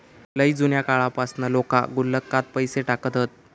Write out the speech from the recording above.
लय जुन्या काळापासना लोका गुल्लकात पैसे टाकत हत